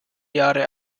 jahre